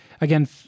again